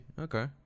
okay